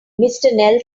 nelson